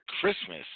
Christmas